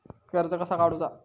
कर्ज कसा काडूचा?